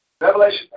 Revelation